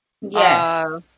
yes